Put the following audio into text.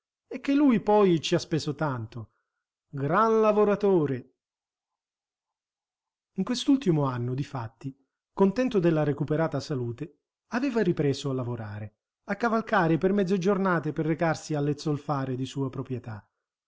è che lui poi ci ha speso tanto gran lavoratore in quest'ultimo anno difatti contento della recuperata salute aveva ripreso a lavorare a cavalcare per mezze giornate per recarsi alle zolfare di sua proprietà